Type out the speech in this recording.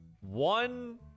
one